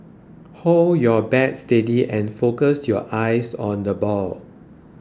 hold your bat steady and focus your eyes on the ball